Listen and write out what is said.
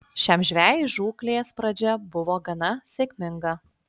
šiam žvejui žūklės pradžia buvo gana sėkminga